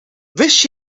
wist